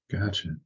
gotcha